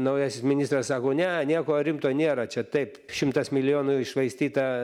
naujasis ministras sako ne nieko rimto nėra čia taip šimtas milijonų iššvaistyta